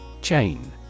Chain